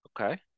Okay